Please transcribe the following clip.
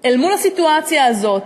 אל מול הסיטואציה הזאת,